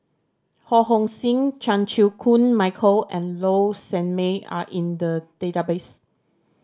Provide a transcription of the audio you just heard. Ho Hong Sing Chan Chew Koon Michael and Low Sanmay are in the database